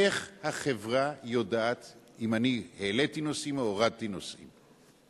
איך החברה יודעת אם אני העליתי נוסעים או הורדתי נוסעים?